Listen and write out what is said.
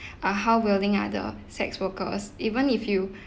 uh how willing are the sex workers even if you